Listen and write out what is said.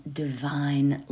divine